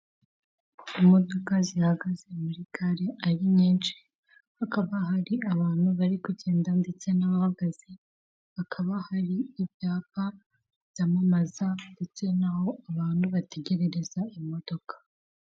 Imodoka zihagaze muri gare ari nyinshi hakaba hari abantu bari kugenda ndetse n'abahagaze, hakaba hari ibyapa byamamaza ndetse naho abantu bategererereza imodoka.